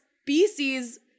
species